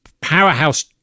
powerhouse